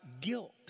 guilt